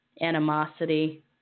animosity